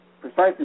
precisely